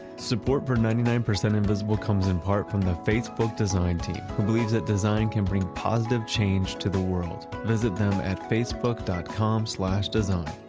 support for ninety nine percent invisible comes in part from the facebook design team, who believes that design can bring positive change to the world. visit them at facebook dot com slash design.